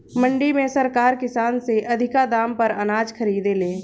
मंडी में सरकार किसान से अधिका दाम पर अनाज खरीदे ले